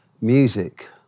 music